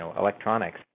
electronics